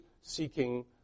seeking